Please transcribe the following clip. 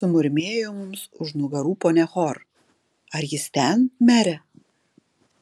sumurmėjo mums už nugarų ponia hor ar jis ten mere